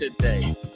today